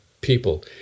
people